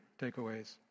takeaways